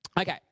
Okay